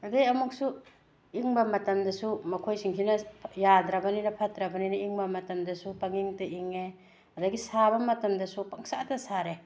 ꯑꯗꯒꯤ ꯑꯃꯨꯛꯁꯨ ꯏꯪꯕ ꯃꯇꯝꯗꯁꯨ ꯃꯈꯣꯏꯁꯤꯡꯁꯤꯅ ꯌꯥꯗ꯭ꯔꯕꯅꯤꯅ ꯐꯠꯇ꯭ꯔꯕꯅꯤꯅ ꯏꯪꯕ ꯃꯇꯝꯗꯁꯨ ꯄꯪꯏꯪꯇ ꯏꯪꯉꯦ ꯑꯗꯒꯤ ꯁꯥꯕ ꯃꯇꯝꯗꯁꯨ ꯄꯪꯁꯥꯗ ꯁꯥꯔꯦ